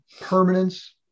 permanence